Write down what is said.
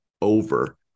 over